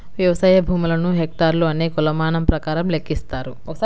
వ్యవసాయ భూములను హెక్టార్లు అనే కొలమానం ప్రకారం లెక్కిస్తారు